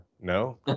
No